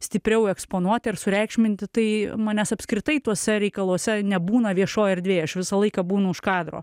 stipriau eksponuoti ar sureikšminti tai manęs apskritai tuose reikaluose nebūna viešoj erdvėj aš visą laiką būnu už kadro